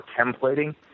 templating